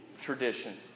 tradition